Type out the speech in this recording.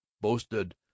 boasted